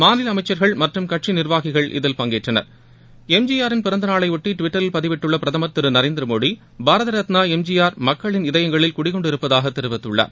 மாநில அமைச்சர்கள் மற்றும் கட்சி நிர்வாகிகள் இதில் பங்கேற்றனர் எம்ஜிஆரின் பிறந்தநாளையொட்டி டிவிட்டரில் பதிவிட்டுள்ள பிரதமர் திரு நரேந்திர மோடி பாரத ரத்னா எம்ஜிஆர் மக்களின் இதயங்களில் குடிகொண்டு இருப்பதாக தெரிவித்துள்ளார்